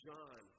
John